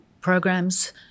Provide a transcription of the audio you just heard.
programs